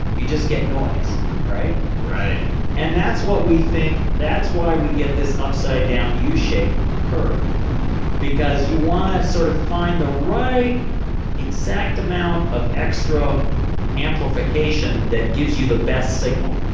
you just get noise right right and that's what we think. that's why we get this upside down u shape curve because you want to sort of find the right exact amount of extra amplification that give you the best signal,